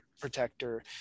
protector